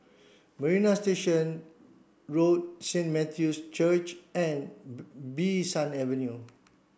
Marina Station Road Saint Matthew's Church and Bee San Avenue